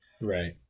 right